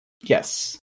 Yes